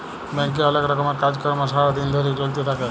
ব্যাংকে অলেক রকমের কাজ কর্ম সারা দিন ধরে চ্যলতে থাক্যে